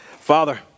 Father